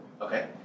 okay